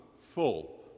full